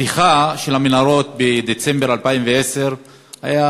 שבפתיחה של המנהרות בדצמבר 2010 עלתה